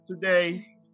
today